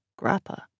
grappa